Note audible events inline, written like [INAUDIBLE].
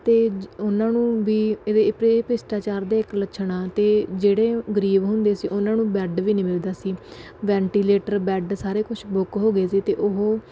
ਅਤੇ ਉਹਨਾਂ ਨੂੰ ਵੀ [UNINTELLIGIBLE] ਭ੍ਰਿਸ਼ਟਾਚਾਰ ਦੇ ਇੱਕ ਲੱਛਣ ਆ ਅਤੇ ਜਿਹੜੇ ਗਰੀਬ ਹੁੰਦੇ ਸੀ ਉਹਨਾਂ ਨੂੰ ਬੈਡ ਵੀ ਨਹੀਂ ਮਿਲਦਾ ਸੀ ਵੈਂਟੀਲੇਟਰ ਬੈਡ ਸਾਰੇ ਕੁਛ ਬੁੱਕ ਹੋ ਗਏ ਸੀ ਅਤੇ ਉਹ